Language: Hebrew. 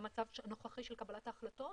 במצב הנוכחי של קבלת החלטות,